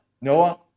Noah